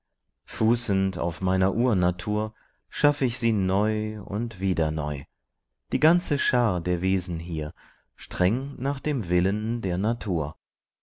fußend auf meiner urnatur schaff ich sie neu und wieder neu die ganze schar der wesen hier streng nach dem willen der natur